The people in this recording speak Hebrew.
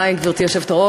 תודה, גברתי היושבת-ראש.